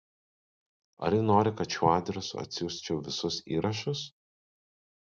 ar ji nori kad šiuo adresu atsiųsčiau visus įrašus